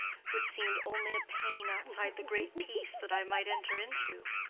which seemed only a pain outside the great peace that i might enter into.